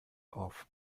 auf